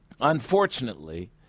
Unfortunately